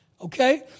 Okay